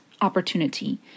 opportunity